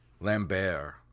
Lambert